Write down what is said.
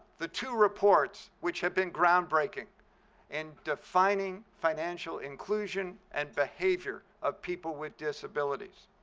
the two reports which have been groundbreaking in defining financial inclusion and behavior of people with disabilities.